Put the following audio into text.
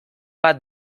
bat